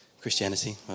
Christianity